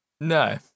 no